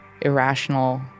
irrational